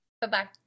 Bye-bye